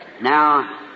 Now